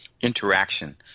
interaction